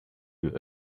you